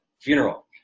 funeral